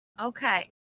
Okay